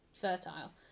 fertile